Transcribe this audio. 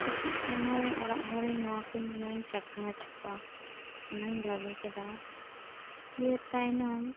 ᱠᱟᱹᱴᱤᱡ ᱱᱟᱦᱚᱭ ᱚᱲᱟᱜ ᱦᱚᱲᱤᱧ ᱱᱚᱣᱟ ᱠᱚᱧ ᱱᱚᱣᱟᱧ ᱪᱟᱠᱷᱟ ᱦᱚᱪᱚ ᱠᱚᱣᱟ ᱚᱱᱟᱧ ᱵᱷᱟᱵᱤ ᱠᱮᱫᱟ ᱫᱤᱭᱮ ᱛᱟᱭᱱᱚᱢ